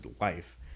life